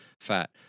fat